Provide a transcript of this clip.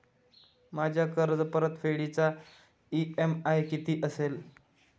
माझ्या कर्जपरतफेडीचा इ.एम.आय किती असेल?